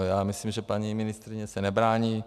Já myslím, že paní ministryně se nebrání.